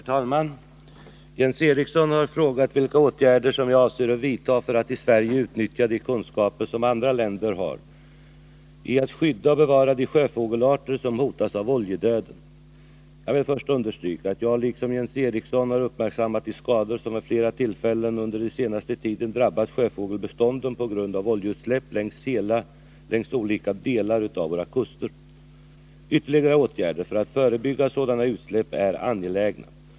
Herr talman! Jens Eriksson har frågat vilka åtgärder som jag avser att vidta för att i Sverige utnyttja de kunskaper som andra länder har när det gäller att skydda och bevara de sjöfågelarter som hotas av oljedöden. Jag vill först understryka att jag liksom Jens Eriksson har uppmärksammat de skador som vid flera tillfällen under den senaste tiden drabbat sjöfågelbestånden på grund av oljeutsläpp längs olika delar av våra kuster. Ytterligare åtgärder för att förebygga sådana utsläpp är angelägna.